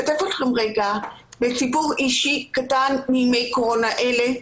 לשתף אתכם בסיפור אישי קטן מימי קורונה אלה.